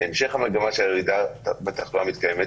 שהמשך המגמה של הירידה בתחלואה מתקיימת,